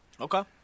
Okay